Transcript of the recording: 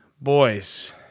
boys